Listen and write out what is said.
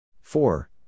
four